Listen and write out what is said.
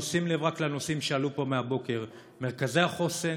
שים לב לנושאים שעלו פה מהבוקר: מרכזי החוסן,